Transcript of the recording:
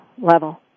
level